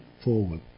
forward